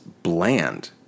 Bland